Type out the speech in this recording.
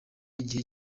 igihe